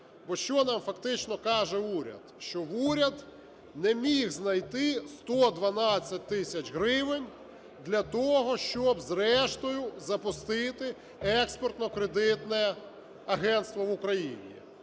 Бо що нам фактично каже уряд? Що уряд не міг знайти 112 тисяч гривень для того, щоб зрештою запустити Експортно-кредитне агентство в Україні.